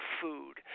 food